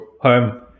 home